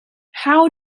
how